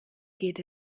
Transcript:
geht